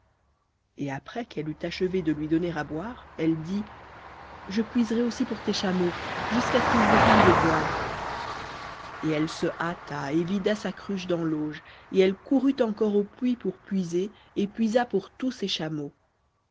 et après qu'elle eut achevé de lui donner à boire elle dit je puiserai aussi pour tes chameaux jusqu'à ce qu'ils aient fini de boire et elle se hâta et vida sa cruche dans l'auge et elle courut encore au puits pour puiser et puisa pour tous ses chameaux